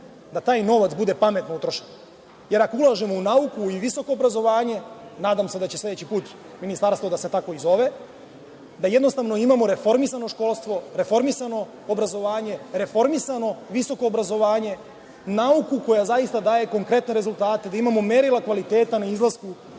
da taj novac bude pametno utrošen. Jer ako ulažemo u nauku i visoko obrazovanje nadam se da će sledeći put ministarstvo da se tako i zove, da jednostavno imamo reformisano školstvo, reformisano obrazovanje, reformisano visoko obrazovanje. Nauku koja zaista daje konkretne rezultate gde imamo merila kvaliteta na izlasku